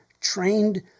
trained